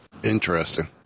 Interesting